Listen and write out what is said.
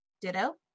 Ditto